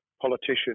politician